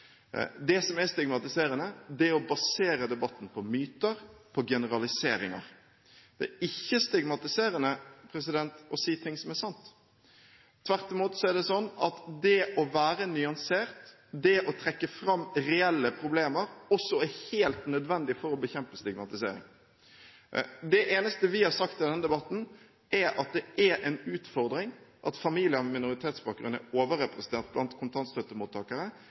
Det som er stigmatiserende, er å basere debatten på myter, på generaliseringer. Det er ikke stigmatiserende å si ting som er sant. Tvert imot er det slik at det å være nyansert, det å trekke fram reelle problemer, også er helt nødvendig for å bekjempe stigmatisering. Det eneste vi har sagt i denne debatten, er at det er en utfordring at familier med minoritetsbakgrunn er overrepresentert blant kontantstøttemottakere,